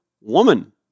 woman